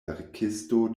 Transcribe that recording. verkisto